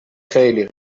خیلی